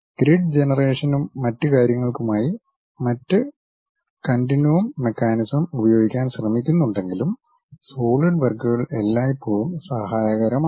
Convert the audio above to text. grid ജനറേഷനും മറ്റ് കാര്യങ്ങൾക്കുമായി മറ്റ് കൻ്റിന്നുവം മെക്കാനിക്സ് ഉപയോഗിക്കാൻ ശ്രമിക്കുന്നുണ്ടെങ്കിലും സോളിഡ് വർക്കുകൾ എല്ലായ്പ്പോഴും സഹായകരമാണ്